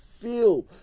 Feel